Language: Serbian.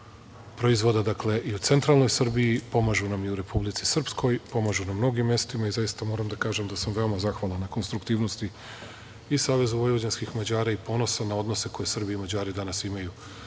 i u centralnoj Srbiji, pomažu nam i u Republici Srpskoj, pomažu na mnogim mestima i zaista moram da kažem da sam veoma zahvalan na konstruktivnosti i SVM i ponosan na odnose koji Srbi i Mađari danas imaju. Ne